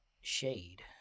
Shade